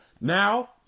Now